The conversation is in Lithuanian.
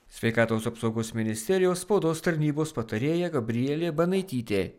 sveikatos apsaugos ministerijos spaudos tarnybos patarėja gabrielė banaitytė